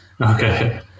Okay